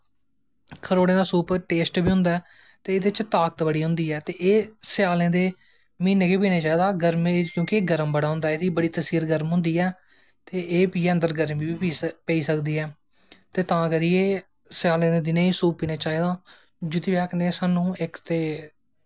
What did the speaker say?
ते खरौड़ें दा सूप टेस्ट बड़ा होंदा ऐ ते एह्दे च ताकत बड़ी होंदी ऐ एह् स्यालें दे म्हीनें च गै पीना चाही दा गर्मी च कियोंकि एह् गर्म बड़ी होंदा ऐ एह्दी तसीर बड़ी गर्म होंदी ऐ ते एह् पियै अन्दर गर्मी बी पेई सकदी ऐ ते तां करियै स्यालें दे दिनैं गै सूप पीनां चाही दा जित्थें बी आखने आं स्हानू इक ते